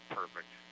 perfect